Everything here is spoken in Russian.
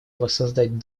воздать